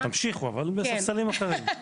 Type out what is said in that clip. תמשיכו, אבל בספסלים אחרים...